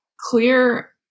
clear